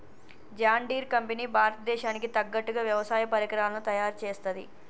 John Deere company భారత దేశానికి తగ్గట్టుగా వ్యవసాయ పరికరాలను తయారుచేస్తది